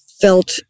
felt